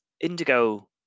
Indigo